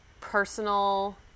personal